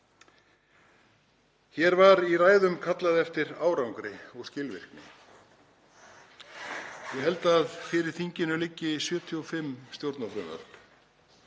Hér var í ræðum kallað eftir árangri og skilvirkni. Ég held að fyrir þinginu liggi 75 stjórnarfrumvörp.